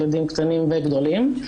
ילדים קטנים וגדולים.